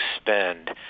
spend